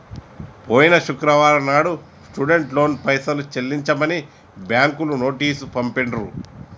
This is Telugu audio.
పోయిన శుక్రవారం నాడు స్టూడెంట్ లోన్ పైసలు చెల్లించమని బ్యాంకులు నోటీసు పంపిండ్రు